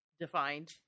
defined